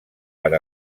per